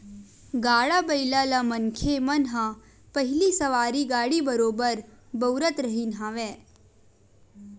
गाड़ा बइला ल मनखे मन ह पहिली सवारी गाड़ी बरोबर बउरत रिहिन हवय